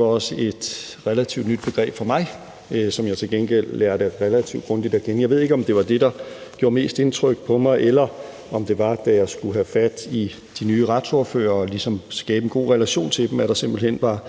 også var et relativt nyt begreb for mig, men som jeg til gengæld lærte relativt grundigt at kende. Jeg ved ikke, om det var det, der gjorde mest indtryk på mig, eller om det var, da jeg skulle have fat i de nye retsordførere og ligesom skabe en god relation til dem, at der simpelt hen var